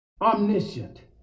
Omniscient